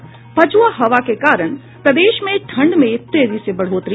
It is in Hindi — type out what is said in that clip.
और पछ्आ हवा के कारण प्रदेश में ठंड में तेजी से बढ़ोतरी